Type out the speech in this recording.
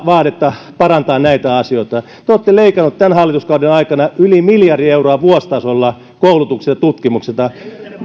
vaadetta parantaa näitä asioita tulevaisuuteen kaksituhattakaksikymmentä viiva kaksituhattakolmekymmentä luvulle te olette leikannut tämän hallituskauden aikana yli miljardi euroa vuositasolla koulutuksesta ja tutkimuksesta